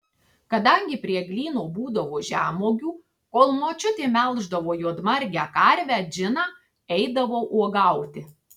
kadangi prie eglyno būdavo žemuogių kol močiutė melždavo juodmargę karvę džiną eidavau uogauti